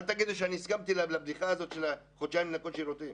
אל תגידו שאני הסכמתי לבדיחה הזאת של חודשיים ניקיון שירותים.